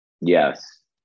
Yes